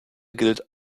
gilt